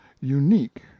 unique